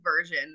version